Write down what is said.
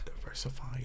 Diversify